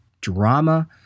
drama